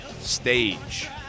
Stage